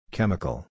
Chemical